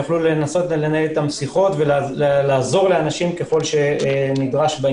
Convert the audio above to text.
לנהל איתם שיחות ולעזור להם ככל שנדרש.